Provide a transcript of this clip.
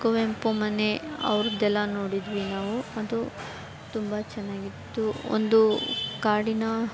ಕುವೆಂಪು ಮನೆ ಅವರದ್ದೆಲ್ಲ ನೋಡಿದ್ವಿ ನಾವು ಅದು ತುಂಬ ಚೆನ್ನಾಗಿತ್ತು ಒಂದು ಕಾಡಿನ